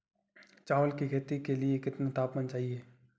चावल की खेती के लिए कितना तापमान चाहिए?